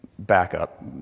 backup